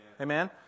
Amen